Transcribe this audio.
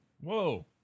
Whoa